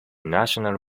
national